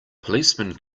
policemen